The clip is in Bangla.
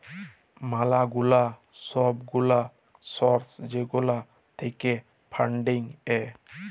ম্যালা গুলা সব গুলা সর্স যেগুলা থাক্যে ফান্ডিং এ